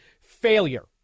Failure